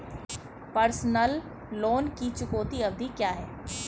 Personal loan की चुकौती अवधि क्या है?